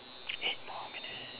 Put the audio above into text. eight more minutes